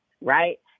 right